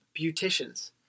beauticians